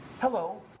Hello